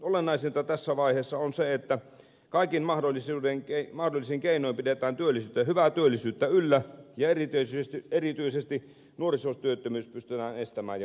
olennaisinta tässä vaiheessa on se että kaikin mahdollisin keinoin pidetään hyvää työllisyyttä yllä ja erityisesti nuorisotyöttömyys pystytään estämään ja voittamaan